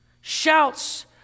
Shouts